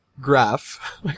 graph